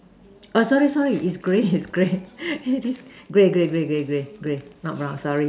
uh sorry sorry is grey is grey it is grey grey grey grey grey not brown sorry